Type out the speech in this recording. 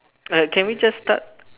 uh can we just start